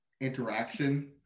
interaction